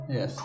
Yes